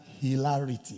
hilarity